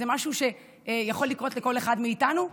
זה משהו שיכול לקרות לכל אחד מאיתנו.